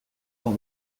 dans